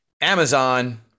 Amazon